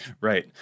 Right